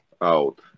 out